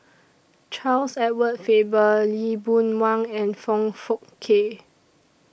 Charles Edward Faber Lee Boon Wang and Foong Fook Kay